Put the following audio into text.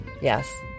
Yes